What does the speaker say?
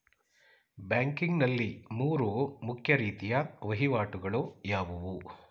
Banking ನಲ್ಲಿ ಮೂರು ಮುಖ್ಯ ರೀತಿಯ ವಹಿವಾಟುಗಳು ಯಾವುವು?